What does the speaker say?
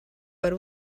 per